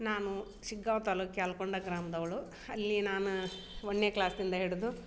ನಾನು ಸಿಗ್ಗಾ ತಾಲೂಕು ಕ್ಯಾಲ್ಕೊಂಡ ಗ್ರಾಮ್ದವಳು ಅಲ್ಲಿ ನಾನು ಒಂದನೇ ಕ್ಲಾಸ್ನಿಂದ ಹಿಡಿದು